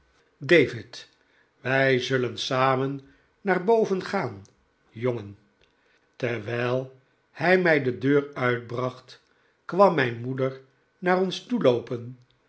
david wij zullen samen naar boven gaan jongen terwijl hij mij de deur uitbracht kwam mijn moeder naar ons